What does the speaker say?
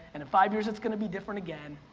and in five years, it's gonna be different again.